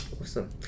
Awesome